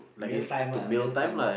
mealtime ah mealtime